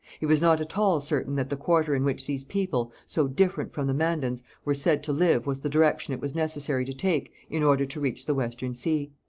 he was not at all certain that the quarter in which these people, so different from the mandans, were said to live was the direction it was necessary to take in order to reach the western sea.